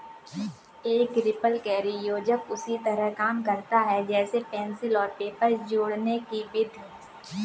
एक रिपलकैरी योजक उसी तरह काम करता है जैसे पेंसिल और पेपर जोड़ने कि विधि